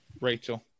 Rachel